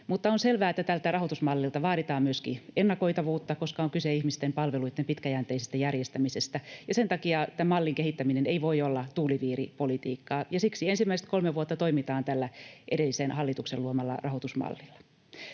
Mutta on selvää, että tältä rahoitusmallilta vaaditaan myöskin ennakoitavuutta, koska on kyse ihmisten palveluitten pitkäjänteisestä järjestämisestä. Sen takia tämä mallin kehittäminen ei voi olla tuuliviiripolitiikkaa, ja siksi ensimmäiset kolme vuotta toimitaan tällä edellisen hallituksen luomalla rahoitusmallilla.